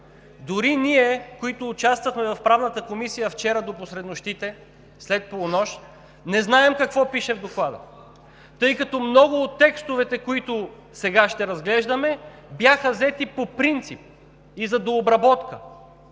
Дори ние, които участвахме в Правната комисия вчера до посред нощите, след полунощ, не знаем какво пише в Доклада, тъй като много от текстовете, които сега ще разглеждаме, бяха взети по принцип и за дообработка.